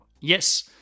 Yes